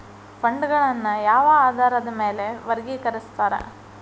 ಫಂಡ್ಗಳನ್ನ ಯಾವ ಆಧಾರದ ಮ್ಯಾಲೆ ವರ್ಗಿಕರಸ್ತಾರ